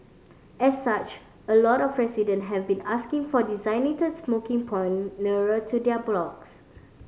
as such a lot of residents have been asking for designated smoking point nearer to their blocks